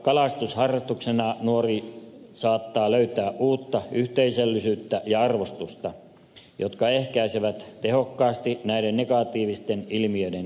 kalastus harrastuksena nuori saattaa löytää uutta yhteisöllisyyttä ja arvostusta jotka ehkäisevät tehokkaasti näiden negatiivisten ilmiöiden kehittymistä